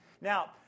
Now